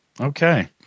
okay